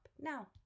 Now